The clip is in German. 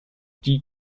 die